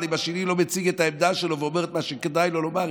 אבל אם השני לא מציג את העמדה שלו ואומר את מה שכדאי לו לומר,